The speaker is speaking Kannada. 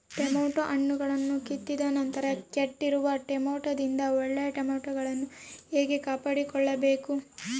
ಟೊಮೆಟೊ ಹಣ್ಣುಗಳನ್ನು ಕಿತ್ತಿದ ನಂತರ ಕೆಟ್ಟಿರುವ ಟೊಮೆಟೊದಿಂದ ಒಳ್ಳೆಯ ಟೊಮೆಟೊಗಳನ್ನು ಹೇಗೆ ಕಾಪಾಡಿಕೊಳ್ಳಬೇಕು?